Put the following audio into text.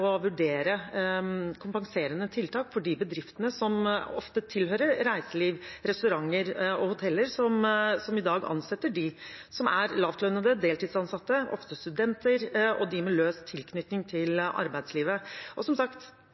vurdere å innføre kompenserende tiltak for de bedriftene som ofte tilhører reiseliv, restauranter og hoteller, som i dag ansetter dem som er lavtlønte, deltidsansatte, ofte studenter, og dem med løs tilknytning til arbeidslivet. Som sagt,